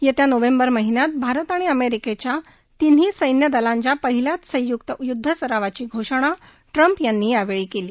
येत्या नोव्हेंबर महिन्यात भारत आणि अमेरिकेच्या तिन्ही सैन्य दलांच्या पहिल्याच संयुक्त युद्ध सरावाची घोषणा ट्रम्प यांनी यावेळी केली